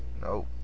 Nope